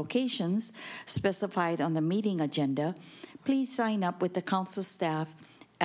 locations specified on the meeting agenda please sign up with the council staff